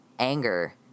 anger